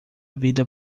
vida